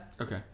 Okay